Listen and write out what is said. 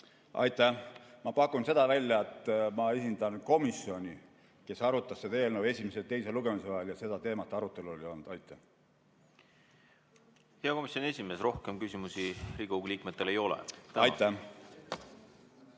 Aitäh! Ma pakun välja, et ma esindan komisjoni, kes arutas seda eelnõu esimese ja teise lugemise vahel, ja seda teemat arutelul ei olnud. Hea komisjoni esimees, rohkem küsimusi Riigikogu liikmetel ei ole. Avan